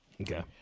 Okay